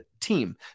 team